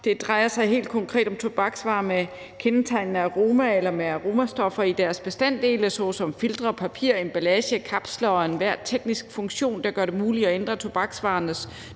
Det drejer sig helt konkret om tobaksvarer med kendetegnende aroma eller med aromastoffer i deres bestanddele, såsom filtre, papir, emballage, kapsler og enhver teknisk funktion, der gør det muligt at ændre tobaksvarernes